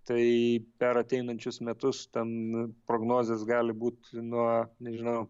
tai per ateinančius metus ten prognozės gali būti nuo nežinau